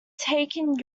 taken